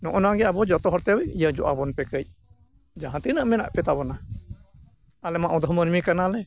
ᱱᱚᱜᱼᱚ ᱱᱚᱣᱟ ᱜᱮ ᱟᱵᱚ ᱡᱚᱛᱚ ᱦᱚᱲᱛᱮ ᱤᱭᱟᱹ ᱧᱚᱜ ᱛᱟᱵᱚᱱ ᱯᱮ ᱠᱟᱹᱡ ᱡᱟᱦᱟᱸ ᱛᱤᱱᱟᱹᱜ ᱢᱮᱱᱟᱜ ᱯᱮ ᱛᱟᱵᱚᱱᱟ ᱟᱞᱮᱢᱟ ᱚᱱᱫᱷᱚ ᱢᱟᱹᱱᱢᱤ ᱠᱟᱱᱟᱞᱮ